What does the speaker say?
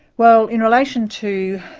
well, in relation to